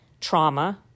trauma